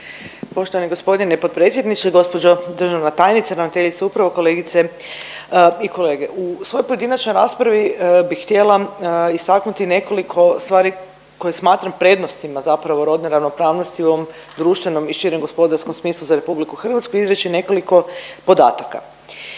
Poštovani g. potpredsjedniče, gđo državna tajnice, ravnateljice uprave, kolegice i kolege. U svojoj pojedinčanoj raspravi bih htjela istaknuti nekoliko stvari koje smatram prednostima zapravo rodne ravnopravnosti u ovom društvenom i širem gospodarskom smislu za RH, izreći nekoliko podataka.